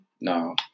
No